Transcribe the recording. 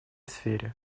сфере